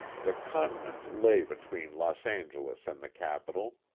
the continent lay between los angeles and the capitol.